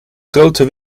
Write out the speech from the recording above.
grote